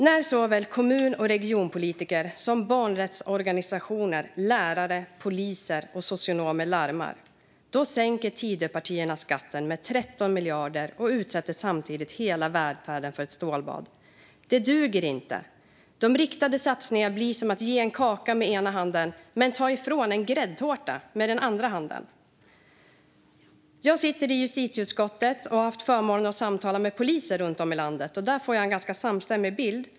När såväl kommun och regionpolitiker som barnrättsorganisationer, lärare, poliser och socionomer larmar, då sänker Tidöpartierna skatten med 13 miljarder och utsätter samtidigt hela välfärden för ett stålbad. Det duger inte. De riktade satsningarna blir som att ge en kaka med ena handen men ta en gräddtårta med den andra handen. Jag sitter i justitieutskottet och har haft förmånen att samtala med poliser runt om i landet. Jag får en ganska samstämmig bild.